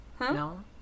no